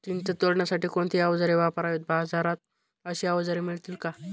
चिंच तोडण्यासाठी कोणती औजारे वापरावीत? बाजारात अशी औजारे मिळतात का?